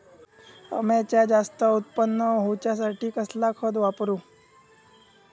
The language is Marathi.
अम्याचा जास्त उत्पन्न होवचासाठी कसला खत वापरू?